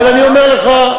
אני אומר לך,